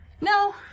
No